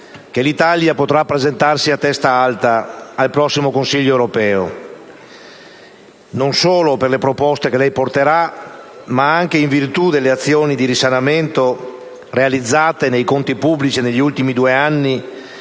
che l'Italia potrà presentarsi a testa alta al prossimo Consiglio europeo, non solo per le proposte che lei porterà, ma anche in virtù delle azioni di risanamento realizzate nei conti pubblici negli ultimi due anni